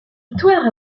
victoire